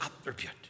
attribute